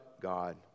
God